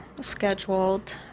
scheduled